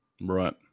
Right